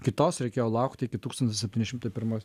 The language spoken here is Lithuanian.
kitos reikėjo laukt iki tūkstantis septyni šimtai pirmos